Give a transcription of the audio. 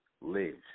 lives